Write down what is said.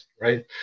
right